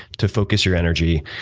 to focus your energy.